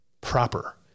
proper